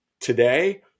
today